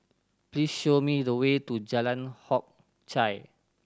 please show me the way to Jalan Hock Chye